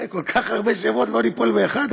אחרי כל כך הרבה שמות לא ניפול באחד?